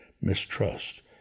mistrust